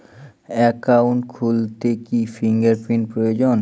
Account খুলতে কি fingerprint প্রয়োজন?